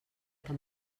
que